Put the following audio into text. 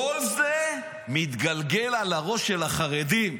כל זה מתגלגל על הראש של החרדים.